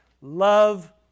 love